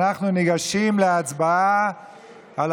אנחנו ניגשים להצבעה על